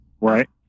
Right